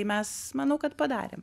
mes manau kad padarėm